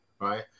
right